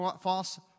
false